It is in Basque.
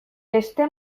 heste